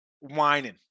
whining